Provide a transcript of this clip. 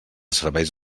serveis